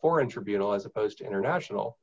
foreign tribunal as opposed to international